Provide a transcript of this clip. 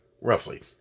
roughly